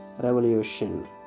revolution